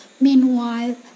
Meanwhile